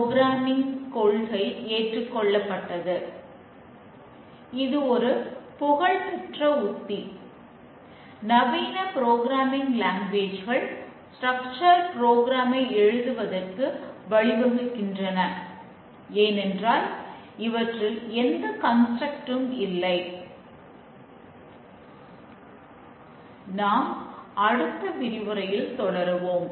இந்த விரிவுரையின் முடிவில் உள்ளோம் நாம் இத்துடன் முடித்துக்கொண்டு அடுத்த விரிவுரையில் தொடர்வோம்